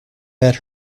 met